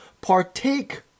partake